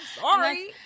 sorry